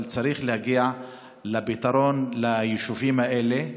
אבל צריך להגיע לפתרון ליישובים האלה,